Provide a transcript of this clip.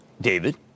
David